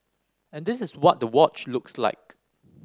and this is what the watch looks like